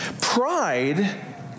Pride